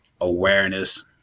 awareness